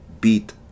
beat